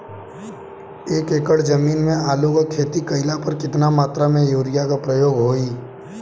एक एकड़ जमीन में आलू क खेती कइला पर कितना मात्रा में यूरिया क प्रयोग होई?